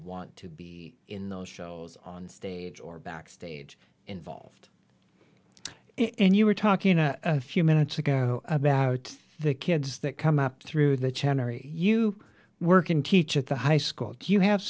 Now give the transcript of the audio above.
want to be in those shows on stage or backstage involved and you were talking a few minutes ago about the kids that come up through the channel you were can teach at the high school do you have